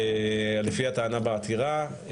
לפי הטענה בעתירה,